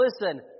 listen